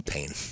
Pain